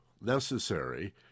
necessary